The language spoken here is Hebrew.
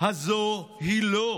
הזו היא לא.